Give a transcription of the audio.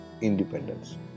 independence